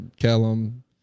Kellum